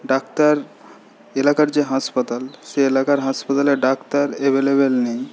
doctor এলাকার যে হাসপাতাল সে এলাকার হাসপাতালে ডাক্তার অ্যাভেলেবল নেই